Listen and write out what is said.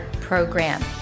Program